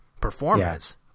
performance